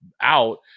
Out